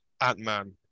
Ant-Man